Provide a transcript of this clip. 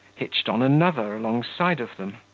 hitched on another, alongside of them.